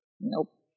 Nope